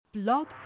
Blog